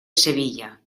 sevilla